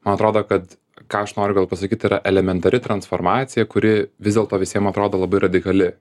man atrodo kad ką aš noriu gal pasakyt tai yra elementari transformacija kuri vis dėlto visiem atrodo labai radikali